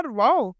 wow